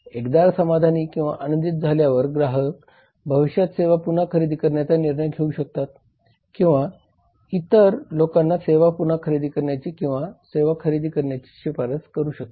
एकदा समाधानी किंवा आनंदित झाल्यावर ग्राहक भविष्यात सेवा पुन्हा खरेदी करण्याचा निर्णय घेऊ शकतात किंवा इतर लोकांना सेवा पुन्हा खरेदी करण्याची किंवा सेवा खरेदी करण्याची शिफारस करू शकतात